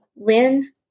Lynn